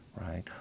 right